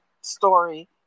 story